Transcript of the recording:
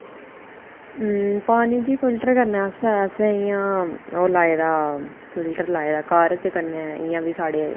ऊं पानी गी फिल्टर करने आस्तै असें इ'यां ओह् लाए दा फिल्टर लाए दा घर ते कन्नै इ'यां बी साढ़े